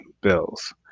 bills